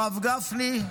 הרב גפני,